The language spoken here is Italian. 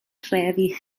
trevi